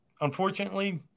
unfortunately